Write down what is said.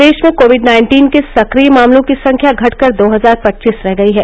प्रदेश में Covid nineteen के सक्रिय मामलों की संख्या घटकर दो हजार पच्चीस रह गयी है